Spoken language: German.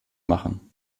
machen